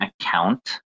account